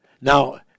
Now